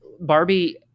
Barbie